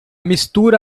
mistura